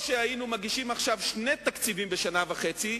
או שהיינו מגישים עכשיו שני תקציבים בשנה וחצי,